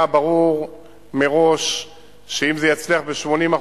היה ברור מראש שאם זה יצליח ב-80%,